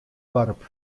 doarp